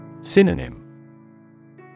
Synonym